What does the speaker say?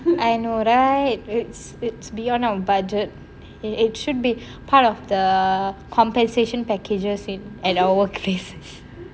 I know right it's it's beyond our budget and it should be part of the compensation packages in and at workplace